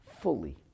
fully